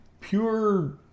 Pure